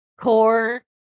core